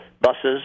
buses